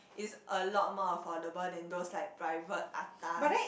is a lot more affordable than those like private atas